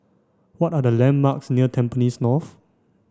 what are the landmarks near Tampines North